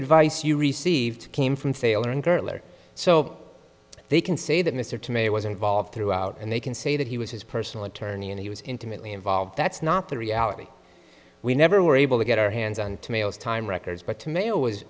advice you received came from sailor and girl or so they can say that mr to may was involved throughout and they can say that he was his personal attorney and he was intimately involved that's not the reality we never were able to get our hands on to males time records but to me it was